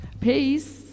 Peace